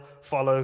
follow